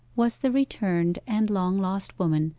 was the returned and long-lost woman,